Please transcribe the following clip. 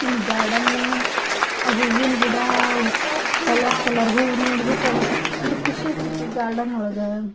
ಇನ್ನ ಗಾರ್ಡನ್ಗ್ಯಾಗಂತ ಆ ಹೂವಿನ ಗಿಡ ಆ ಕಲರ್ ಕಲರ್ ಹೂ ನೋಡ್ಬಿಟ್ರೆ ಒಂದು ಅಷ್ಟು ಖುಷಿಯಾಕತ್ತಿ ಗಾರ್ಡನ್ ಒಳಗೆ